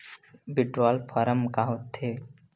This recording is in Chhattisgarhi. विड्राल फारम का होथेय